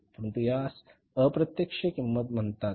परंतु यास अप्रत्यक्ष किंमत म्हणतात